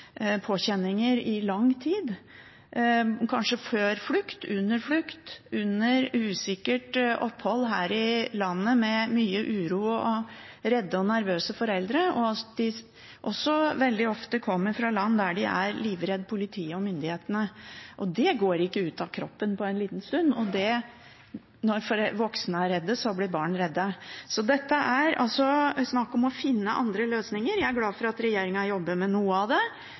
påkjenninger i lang tid, kanskje før flukt, under flukt, under usikkert opphold her i landet, med mye uro og redde og nervøse foreldre. Ofte kommer de også fra land der man er livredd politi og myndigheter, og det går ikke ut av kroppen på en liten stund. Når voksne er redde, blir barna redde. Det er altså snakk om å finne andre løsninger, og jeg er glad for at regjeringen jobber med noe av det.